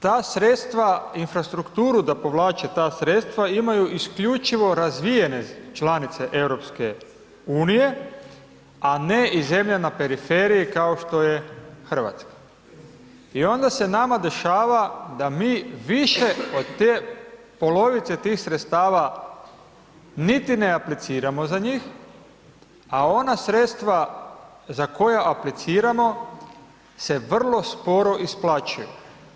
Ta sredstva, infrastrukturu da povlače ta sredstva imaju isključivo razvijene članice EU, a ne i zemlje na periferiji kao što je RH i onda se nama dešava da mi više od te polovice tih sredstava niti ne apliciramo za njih, a ona sredstva za koja apliciramo se vrlo sporo isplaćuju.